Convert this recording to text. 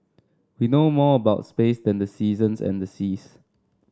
we know more about space than the seasons and the seas